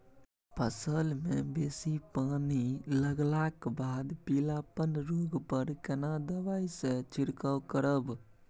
फसल मे बेसी पानी लागलाक बाद पीलापन रोग पर केना दबाई से छिरकाव करब?